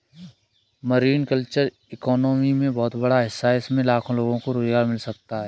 marine culture economy में बहुत बड़ा हिस्सा है इससे लाखों लोगों को रोज़गार मिल हुआ है